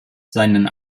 seinen